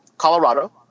Colorado